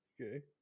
Okay